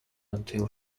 until